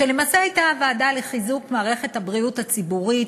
שלמעשה הייתה הוועדה לחיזוק מערכת הבריאות הציבורית,